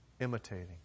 imitating